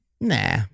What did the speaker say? nah